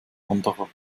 anderer